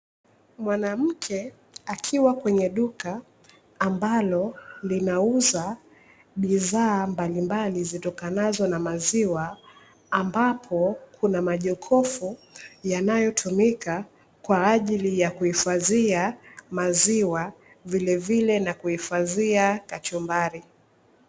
Mwanamke akiwa kwenye duka ambalo linauza bidhaa mbalimbali zitokanazo na maziwa. Ambapo kuna majokofu yanayotumika kuhifadhia maziwa vilevile na kuhifadhia kachumbali.